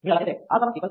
మీరు అలా చేస్తే α 1 0